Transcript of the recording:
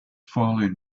falling